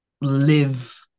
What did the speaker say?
live